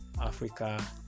Africa